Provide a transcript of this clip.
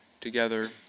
together